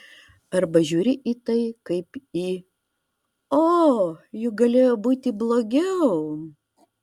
arba žiūri į tai kaip į o juk galėjo būti blogiau